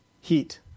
heat